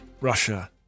Russia